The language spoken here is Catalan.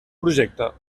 projecte